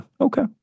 Okay